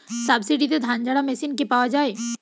সাবসিডিতে ধানঝাড়া মেশিন কি পাওয়া য়ায়?